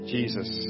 Jesus